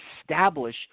establish